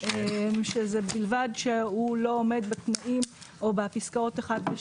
שזה בלבד שהוא לא עומד בתנאים או בפסקאות --- של